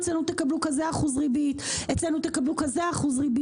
אצלנו תקבלו כזה אחוז ריבית; אצלנו תקבלו כזה אחוז ריבית.